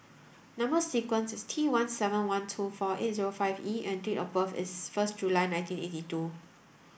number sequence is T one seven one two four eight zero five E and date of birth is first July nineteen eighty two